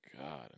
God